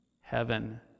heaven